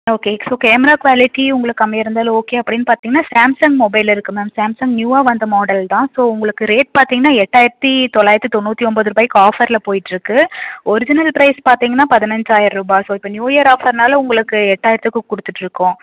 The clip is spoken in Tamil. okay it's okay camera quality கம்மியாக இருந்தாலும் ஓகே அப்பிடின்னு பார்த்தீங்னா சேம்சங் மொபைல் இருக்குது மேம் சேம்சங் நியூவாக வந்த மாடல் தான் ஸோ உங்களுக்கு ரேட் பார்த்தீங்னா எட்டாயிரத்தி தொளாயிரத்தி தொண்ணூற்றி ஒன்போது ரூபாயிக்கு ஆஃபரில் போயிட்டிருக்கு ஒரிஜினல் ப்ரைஸ் பார்த்தீங்கன்னா பதினஞ்சாய ரூபா ஸோ இப்போ நியூ இயர் ஆஃபர்னால் உங்களுக்கு எட்டாயிரத்துக்கு கொடுத்துட்ருக்கோம்